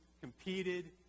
competed